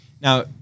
Now